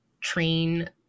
train